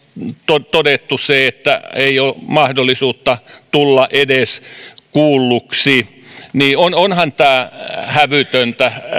on todettu että ei ole mahdollisuutta tulla edes kuulluksi niin onhan tämä hävytöntä